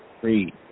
Three